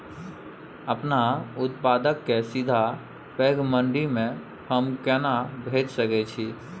अपन उत्पाद के सीधा पैघ मंडी में हम केना भेज सकै छी?